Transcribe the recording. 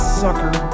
sucker